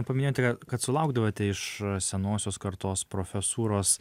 paminėjote kad kad sulaukdavote iš senosios kartos profesūros